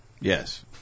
Yes